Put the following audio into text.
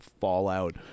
fallout